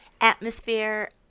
atmosphere